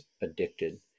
addicted